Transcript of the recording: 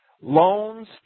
loans